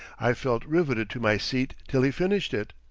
i felt riveted to my seat till he finished it.